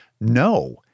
no